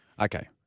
Okay